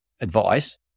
advice